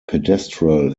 pedestal